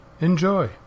Enjoy